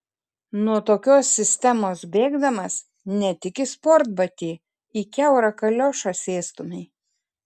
nuo tokios sistemos bėgdamas ne tik į sportbatį į kiaurą kaliošą sėstumei